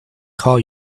call